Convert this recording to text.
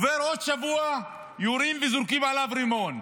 עובר עוד שבוע, יורים וזורקים עליו רימון.